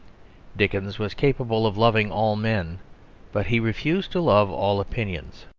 dickens was capable of loving all men but he refused to love all opinions.